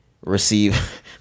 receive